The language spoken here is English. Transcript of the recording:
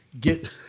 get